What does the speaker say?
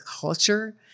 culture